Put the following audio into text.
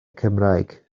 cymraeg